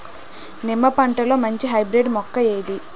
నిమ్మ పంటలో మంచి హైబ్రిడ్ మొక్క ఏది?